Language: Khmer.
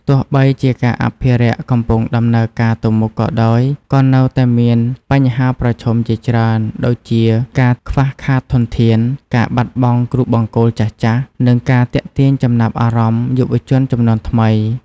ទោះបីជាការអភិរក្សកំពុងដំណើរការទៅមុខក៏ដោយ ក៏នៅតែមានបញ្ហាប្រឈមជាច្រើន ដូចជាការខ្វះខាតធនធាន ការបាត់បង់គ្រូបង្គោលចាស់ៗ និងការទាក់ទាញចំណាប់អារម្មណ៍យុវជនជំនាន់ថ្មី។